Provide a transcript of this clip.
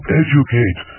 educate